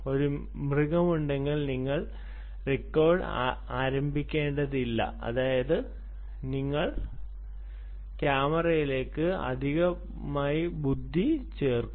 ഒരു മൃഗമുണ്ടെങ്കിൽ നിങ്ങൾ റെക്കോർഡിംഗ് ആരംഭിക്കുന്നില്ല അതായത് നിങ്ങൾ ക്യാമറയിലേക്ക് അധിക ബുദ്ധി ചേർത്തു